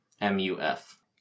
M-U-F